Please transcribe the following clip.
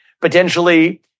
potentially